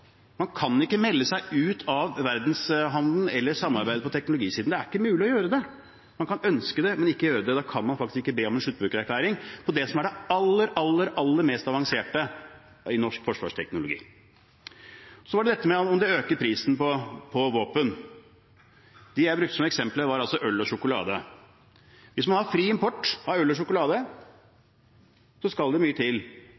Man kan ikke melde seg ut av verdenshandelen eller samarbeidet på teknologisiden – det er ikke mulig å gjøre det. Man kan ønske det, men ikke gjøre det. Da kan man faktisk ikke be om en sluttbrukererklæring på det som er det aller, aller mest avanserte i norsk forsvarsteknologi. Så var det om det øker prisen på våpen. De jeg brukte som eksempler, var øl og sjokolade. Hvis man har fri import av øl og